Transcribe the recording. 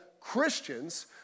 Christians